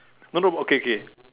no no okay okay